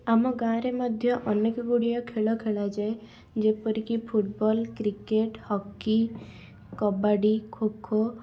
ଆମ ଗାଁରେ ମଧ୍ୟ ଅନେକ ଗୁଡ଼ିଏ ଖେଳ ଖେଳାଯାଏ ଯେପରିକି football cricket hockey kabaddi kho kho